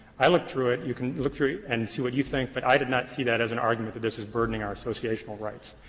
i looked through it, you can look through it and see what you think, but i did not see that as an argument that this is burdening our associational rights.